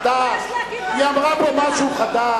בסדר, שמעתי, שמעתי.